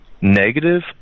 negative